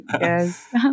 Yes